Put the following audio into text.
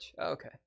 Okay